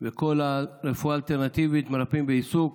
וכל הרפואה האלטרנטיבית, מרפאים בעיסוק.